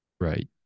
Right